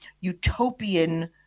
utopian